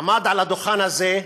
עמד על הדוכן הזה,